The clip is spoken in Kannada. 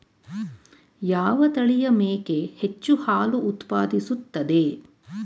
ಯಾವ ತಳಿಯ ಮೇಕೆ ಹೆಚ್ಚು ಹಾಲು ಉತ್ಪಾದಿಸುತ್ತದೆ?